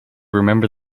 remember